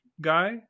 guy